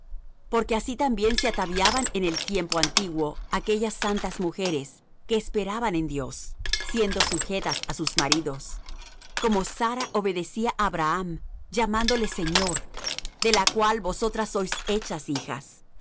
porque así también se ataviaban en el tiempo antiguo aquellas santas mujeres que esperaban en dios siendo sujetas á sus maridos como sara obedecía á abraham llamándole señor de la cual vosotras sois hechas hijas